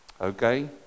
Okay